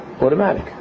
Automatic